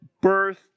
birth